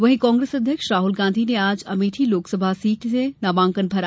वहीं कांग्रेस अध्यक्ष राहल गांधी ने आज अमेठी लोकसभा सीट से नामांकन भरा